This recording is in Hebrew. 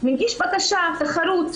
מגיש בקשה, תחרות.